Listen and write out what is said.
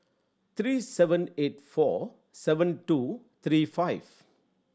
three seven eight four seven two three five